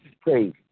crazy